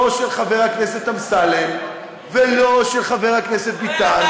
לא של חבר הכנסת אמסלם ולא של חבר הכנסת ביטן וגם לא שלי,